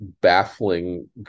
baffling